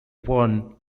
worn